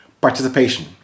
participation